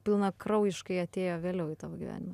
pilnakraujiškai atėjo vėliau į tavo gyvenimą